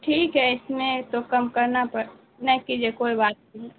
ٹھیک ہے اس میں تو کم کرنا پڑ نہ کیجیے کوئی بات نہیں